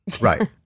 right